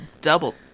double